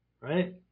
Right